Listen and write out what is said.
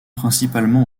principalement